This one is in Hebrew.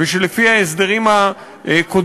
ושלפי ההסברים הקודמים,